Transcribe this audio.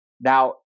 Now